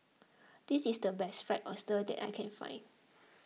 this is the best Fried Oyster that I can find